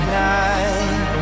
night